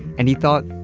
and he thought,